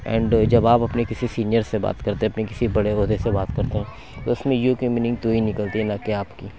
and جب آپ اپنے کسی سینئر سے بات کرتے ہیں اپنے کسی بڑے عہدے سے بات کرتے ہیں تو اُس میں یو کی میینگ تو ہی نکلتی ہے نہ کہ آپ کی